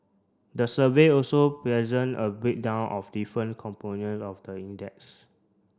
the survey also present a breakdown of different component of the index